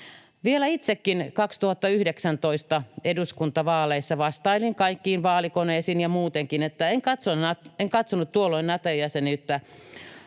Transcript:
vielä 2019 eduskuntavaaleissa vastailin kaikkiin vaalikoneisiin ja muutenkin, että en katsonut tuolloin Nato-jäsenyyttä